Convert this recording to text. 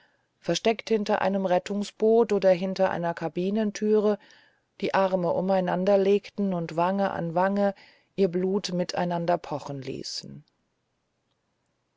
versteckt hinter einem rettungsboot oder hinter einer kabinentür die arme umeinander legten und wange an wange ihr blut aneinander pochen ließen